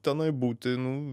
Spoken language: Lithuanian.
tenai būti nu